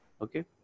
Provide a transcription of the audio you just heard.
okay